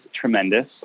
tremendous